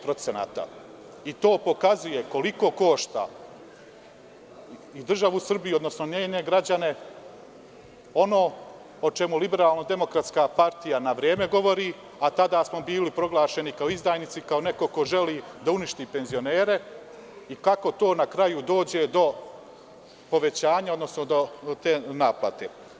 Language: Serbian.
To pokazuje koliko košta i državu Srbiju, odnosno njene građane, ono o čemu LDP na vreme govori, a tada smo bili proglašeni kao izdajnici, kao neko ko želi da uništi penzionere, i kako to na kraju dođe do povećanja, odnosno do te naplate?